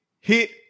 hit